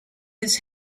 his